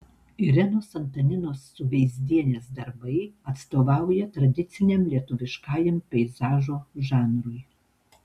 irenos antaninos suveizdienės darbai atstovauja tradiciniam lietuviškajam peizažo žanrui